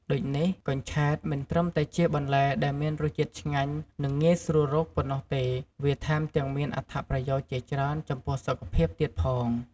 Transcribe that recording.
ដូចនេះ កញ្ឆែត មិនត្រឹមតែជាបន្លែដែលមានរសជាតិឆ្ងាញ់ និងងាយស្រួលរកប៉ុណ្ណោះទេ វាថែមទាំងមានអត្ថប្រយោជន៍ជាច្រើនចំពោះសុខភាពទៀតផង។